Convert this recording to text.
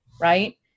Right